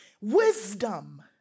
wisdom